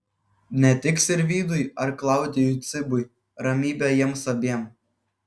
ne tik sirvydui ar klaudijui cibui ramybė jiems abiem